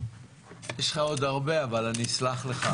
יש לך עוד הרבה, אבל אני אסלח לך.